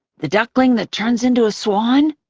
the duckling that turns into a swan?